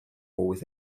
with